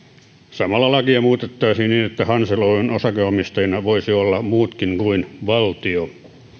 samalla lakia muutettaisiin niin että hansel oyn osakkeenomistajina voisivat olla muutkin kuin valtio